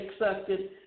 accepted